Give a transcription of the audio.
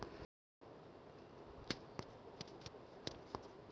आमच्या दुकानात जास्त पैसे रोख स्वरूपात असल्यास चलन वाढीचे नुकसान होऊ शकेल